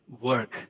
work